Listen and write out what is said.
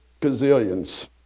gazillions